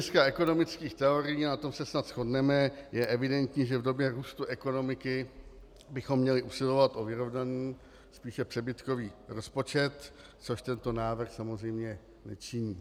Z hlediska ekonomických teorií, a na tom se snad shodneme, je evidentní, že v době růstu ekonomiky bychom měli usilovat o vyrovnaný, spíše přebytkový rozpočet, což tento návrh samozřejmě nečiní.